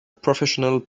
professional